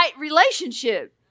relationship